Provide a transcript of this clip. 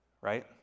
right